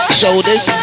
shoulders